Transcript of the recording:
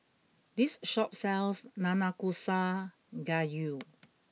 this shop sells Nanakusa Gayu